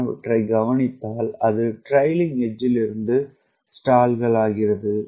நான் அவற்றை கவனித்தால் அது ட்ரைக்ளிங் எட்ஜ்ல் இருந்து ஸ்டால்கள் ஆகிறது